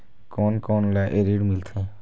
कोन कोन ला ये ऋण मिलथे?